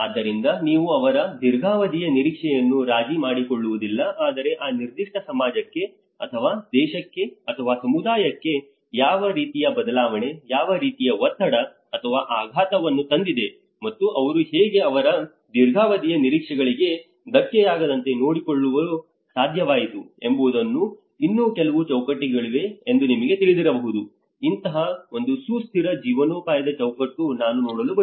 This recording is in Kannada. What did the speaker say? ಆದ್ದರಿಂದ ನೀವು ಅವರ ದೀರ್ಘಾವಧಿಯ ನಿರೀಕ್ಷೆಯನ್ನು ರಾಜಿ ಮಾಡಿಕೊಳ್ಳುವುದಿಲ್ಲ ಆದರೆ ಆ ನಿರ್ದಿಷ್ಟ ಸಮಾಜಕ್ಕೆ ಅಥವಾ ದೇಶಕ್ಕೆ ಅಥವಾ ಸಮುದಾಯಕ್ಕೆ ಯಾವ ರೀತಿಯ ಬದಲಾವಣೆ ಯಾವ ರೀತಿಯ ಒತ್ತಡ ಅಥವಾ ಆಘಾತವನ್ನು ತಂದಿದೆ ಮತ್ತು ಅವರು ಹೇಗೆ ಅವರ ದೀರ್ಘಾವಧಿಯ ನಿರೀಕ್ಷೆಗಳಿಗೆ ಧಕ್ಕೆಯಾಗದಂತೆ ನೋಡಿಕೊಳ್ಳಲು ಸಾಧ್ಯವಾಯಿತು ಎಂಬುದನ್ನು ಇನ್ನೂ ಕೆಲವು ಚೌಕಟ್ಟುಗಳಿವೆ ಎಂದು ನಿಮಗೆ ತಿಳಿದಿರಬಹುದು ಇಂತಹ ಒಂದು ಸುಸ್ಥಿರ ಜೀವನೋಪಾಯದ ಚೌಕಟ್ಟು ನಾನು ನೋಡಲು ಬಯಸುತ್ತೇನೆ